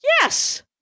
Yes